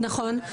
נכון.